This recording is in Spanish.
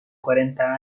cuarenta